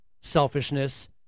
selfishness